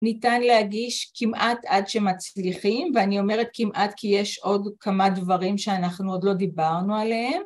ניתן להגיש כמעט עד שמצליחים. ואני אומרת כמעט, כי יש עוד כמה דברים שאנחנו עוד לא דיברנו עליהם